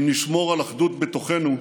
אם נשמור על אחדות בתוכנו,